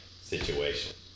situation